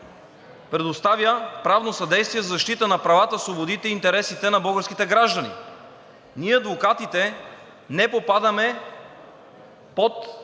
предоставя правно съдействие за защита правата, свободите и интересите на българските граждани. Ние адвокатите не попадаме под